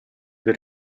per